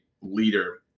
leader